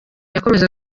yakomeje